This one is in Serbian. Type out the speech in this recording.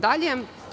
Dalje.